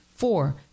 four